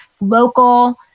local